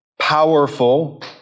powerful